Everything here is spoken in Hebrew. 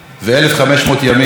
ו-1,500 ימים,